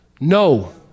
No